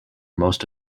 most